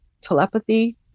telepathy